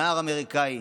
נער אמריקאי,